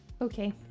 okay